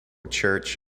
church